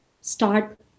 start